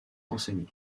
enseignant